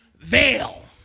veil